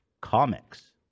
comics